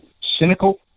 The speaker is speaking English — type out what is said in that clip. cynical